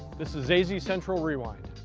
this is azcentral rewind.